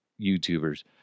YouTubers